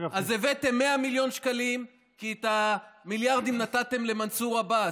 הבאתם 100 מיליון שקלים כי את המיליארדים נתתם למנסור עבאס.